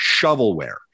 shovelware